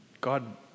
God